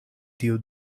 tiu